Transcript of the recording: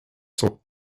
sont